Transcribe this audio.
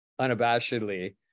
unabashedly